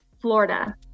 Florida